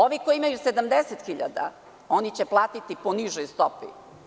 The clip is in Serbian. Ovi koji imaju 70.000 će platiti po nižoj stopi.